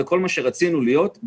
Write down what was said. ושהם לא יכולים להיות מה שרצו להיות.